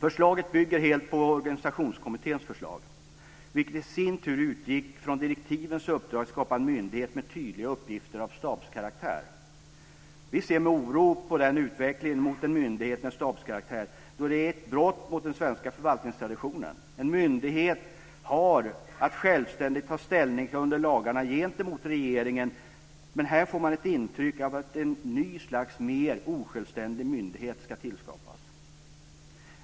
Förslaget bygger helt på organisationskommitténs förslag, vilket i sin tur utgick från direktivens uppdrag att skapa en myndighet med tydliga uppgifter av stabskaraktär. Vi ser med oro på denna utveckling mot en myndighet med stabskaraktär, då det är ett brott mot den svenska förvaltningstraditionen. En myndighet har en självständig ställning till lagarna gentemot regeringen, men här får man intryck av att ett nytt slags mer osjälvständig myndighet ska tillskapas.